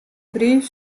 brief